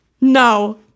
No